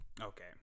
Okay